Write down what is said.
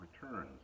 returns